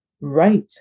Right